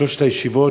שלוש הישיבות,